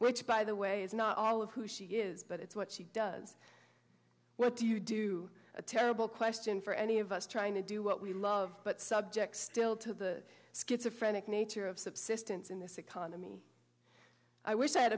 which by the way is not all of who she is but it's what she does what do you do a terrible question for any of us trying to do what we love but subject still to the schizo phrenic nature of subsistence in this economy i wish i had